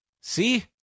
See